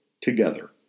together